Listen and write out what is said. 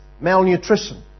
malnutrition